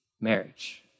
marriage